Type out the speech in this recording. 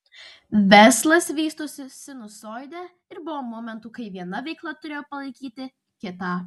verslas vystosi sinusoide ir buvo momentų kai viena veikla turėjo palaikyti kitą